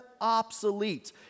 obsolete